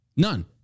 none